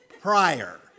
prior